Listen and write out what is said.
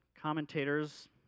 Commentators